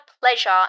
pleasure